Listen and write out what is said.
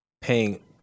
paying